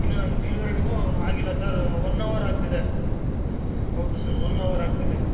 ಇನ್ನು ನಮ್ಗೆ ಡಿಲ್ವರಿನೂ ಆಗಿಲ್ಲ ಸರ್ ಒನ್ ಅವರ್ ಆಗ್ತಿದೆ ಹೌದು ಸರ್ ಒನ್ ಅವರ್ ಆಗ್ತಿದೆ